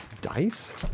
Dice